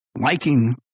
liking